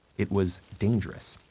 it was dangerous,